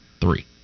three